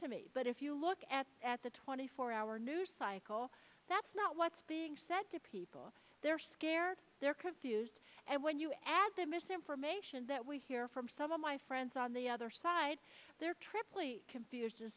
to me but if you look at at the twenty four hour news cycle that's not what's being said to people they're scared they're confused and when you add the misinformation that we hear from some of my friends on the other side their triply co